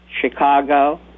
Chicago